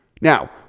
Now